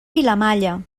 vilamalla